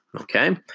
Okay